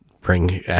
bring